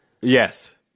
Yes